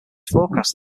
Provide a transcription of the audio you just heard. forecast